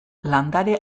landare